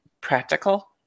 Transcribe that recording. practical